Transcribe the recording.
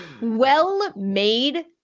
well-made